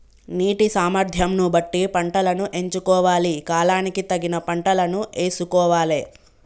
నీటి సామర్థ్యం ను బట్టి పంటలను ఎంచుకోవాలి, కాలానికి తగిన పంటలను యేసుకోవాలె